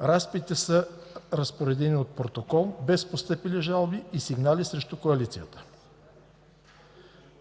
Разпитите са разпоредени от протокол без постъпили жалби и сигнали срещу Коалицията.